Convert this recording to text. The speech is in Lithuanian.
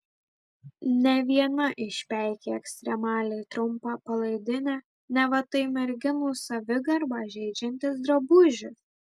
ne viena išpeikė ekstremaliai trumpą palaidinę neva tai merginų savigarbą žeidžiantis drabužis